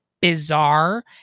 bizarre